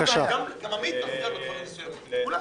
גם עמית --- בדברים מסוימים, כולם.